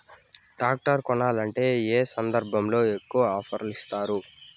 Tractor కొనాలంటే ఏ సందర్భంలో ఎక్కువగా ఆఫర్ ఇస్తారు?